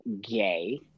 gay